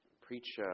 Preach